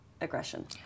aggression